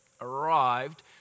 arrived